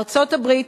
ארצות-הברית,